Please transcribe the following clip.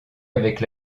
avec